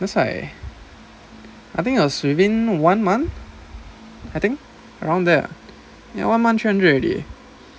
that's why I think it was within one month I think around there ah ya one month three hundred already